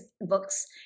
books